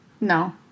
No